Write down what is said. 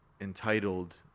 entitled